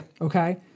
Okay